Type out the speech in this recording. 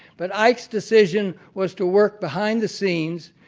but ike's decision was to work behind the scenes,